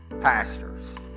pastors